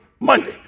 Monday